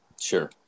Sure